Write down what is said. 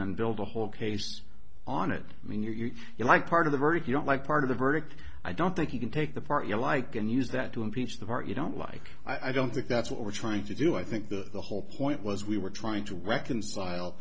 and build a whole case on it i mean you're you're like part of the you don't like part of the verdict i don't think you can take the part you like and use that to impeach the part you don't like i don't think that's what we're trying to do i think the whole point was we were trying to reconcile